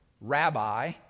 Rabbi